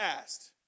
asked